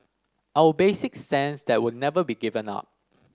our basic stance that will never be given up